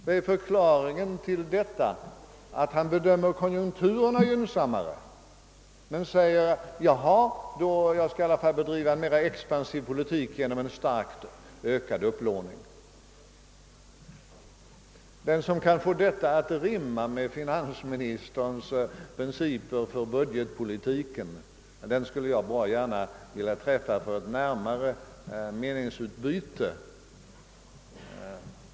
Vad är förklaringen till att han bedömer konjunkturerna gynnsammare men bedriver en mera expansiv politik genom starkt ökad upplåning? Den som kan få detta att rimma med finansministerns tidigare principer för budgetpolitiken skulle jag bra gärna vilja träffa för ett närmare meningsutbyte.